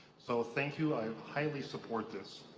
so thank you. i highly support this.